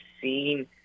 seen